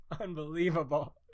unbelievable